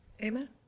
Amen